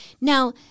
Now